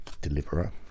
deliverer